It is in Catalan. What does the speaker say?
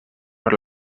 per